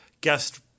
guest